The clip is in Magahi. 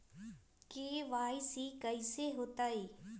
के.वाई.सी कैसे होतई?